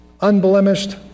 unblemished